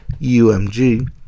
UMG